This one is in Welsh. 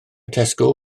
tesco